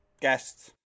guests